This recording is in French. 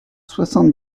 soixante